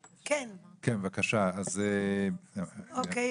אדוני,